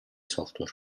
software